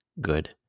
good